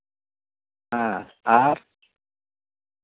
ᱦᱮᱸ ᱟᱨ